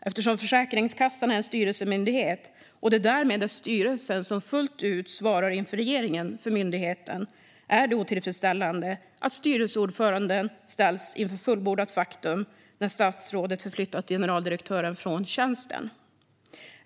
Eftersom Försäkringskassan är en styrelsemyndighet och det därmed är styrelsen som fullt ut svarar för myndigheten inför regeringen är det otillfredsställande att styrelseordföranden ställts inför fullbordat faktum när statsrådet förflyttat generaldirektören från tjänsten.